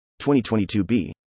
2022b